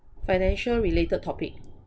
financial related topic